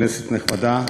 כנסת נכבדה,